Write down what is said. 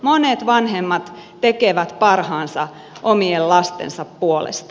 monet vanhemmat tekevät parhaansa omien lastensa puolesta